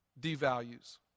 devalues